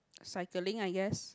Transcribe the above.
cycling I guess